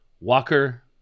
Walker